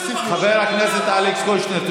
חבר הכנסת אלכס קושניר.